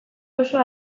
duzue